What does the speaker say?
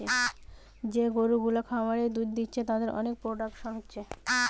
যে গরু গুলা খামারে দুধ দিচ্ছে তাদের অনেক প্রোডাকশন হচ্ছে